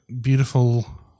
beautiful